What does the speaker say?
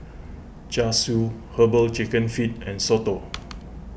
Char Siu Herbal Chicken Feet and Soto